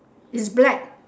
is black